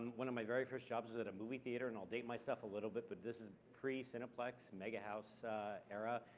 one of my very first jobs was at a movie theater, and i'll date myself a little bit, but this is pre cineplex, mega house era.